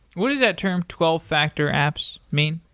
what is that term twelve factor apps mean?